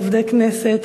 עובדי כנסת,